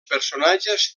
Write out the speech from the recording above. personatges